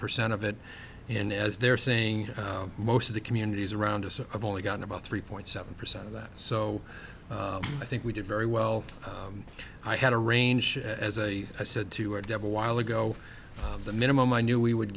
percent of it and as they're saying most of the communities around us i've only gotten about three point seven percent of that so i think we did very well i had a range as a i said to our deb a while ago the minimum i knew we would